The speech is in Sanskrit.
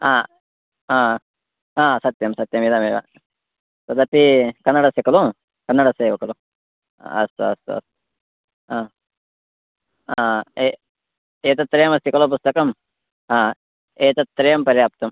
आआआ सत्यंसत्यम् इदमेव तदपि कन्नडस्य खलु कन्नडस्य एव खलु अस्तु अस्तु अस्तु अ आ ए एतत्त्रयमस्ति खलु पुस्तकम् अ एतत्त्रयं पर्याप्तम्